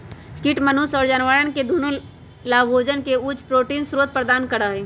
कीट मनुष्य और जानवरवन के दुन्नो लाभोजन के उच्च प्रोटीन स्रोत प्रदान करा हई